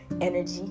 Energy